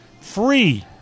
free